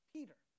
Peter